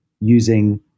using